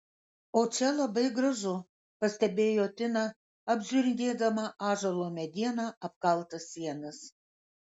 o čia labai gražu pastebėjo tina apžiūrinėdama ąžuolo mediena apkaltas sienas